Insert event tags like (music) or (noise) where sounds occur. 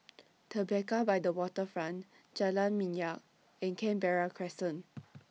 (noise) Tribeca By The Waterfront Jalan Minyak and Canberra Crescent